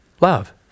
love